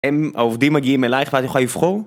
אם העובדים מגיעים אלייך ואת יוכל לבחור?